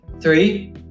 three